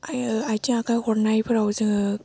आरो आथिं आखाय हरनायफोराव जोङो